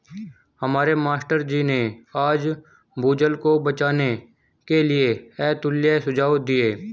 हमारे मास्टर जी ने आज भूजल को बचाने के लिए अतुल्य सुझाव दिए